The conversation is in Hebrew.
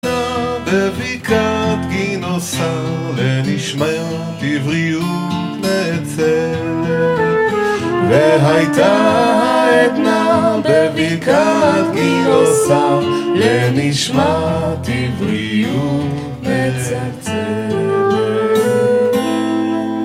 העדנה בבקעת גינוסר לנשמת עבריות נאצלת. - והיתה העדנה בבקעת גינוסר לנשמת עבריות מצלצלת.